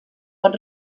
pot